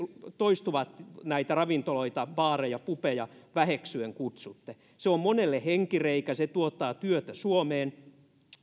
toistuvasti näitä ravintoloita baareja pubeja väheksyen kutsutte se on monelle henkireikä se tuottaa työtä suomeen